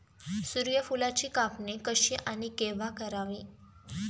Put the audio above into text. सूर्यफुलाची कापणी कशी आणि केव्हा करावी?